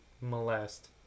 molest